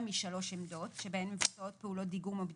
משלוש עמדות שבהן מבוצעות פעולות דיגום או בדיקה,